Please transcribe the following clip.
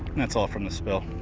that's all from the spill,